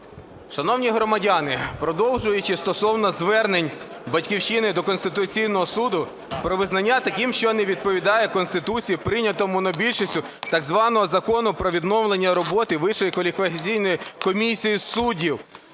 Шановні громадяни, продовжуючи стосовно звернень "Батьківщини" до Конституційного Суду про визнання таким, що не відповідає Конституції, прийнятого монобільшістю так званого Закону про відновлення роботи Вищої